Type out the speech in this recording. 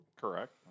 Correct